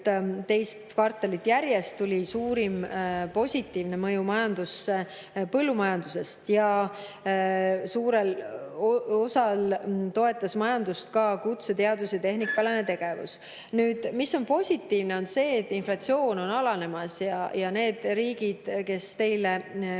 teist kvartalit järjest tuli suurim positiivne mõju põllumajandusest ja suures osas toetas majandust ka kutse‑, teadus‑ ja tehnikaalane tegevus. Positiivne on see, et inflatsioon on alanemas. Need riigid, kes teile